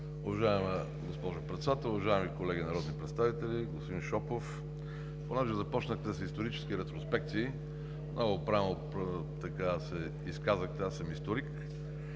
Уважаема госпожо Председател, уважаеми колеги народни представители! Господин Шопов, понеже започнахте с исторически ретроспекции, много правилно се изказахте – аз съм историк.